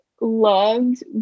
loved